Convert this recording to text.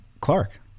clark